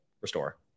restore